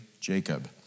Jacob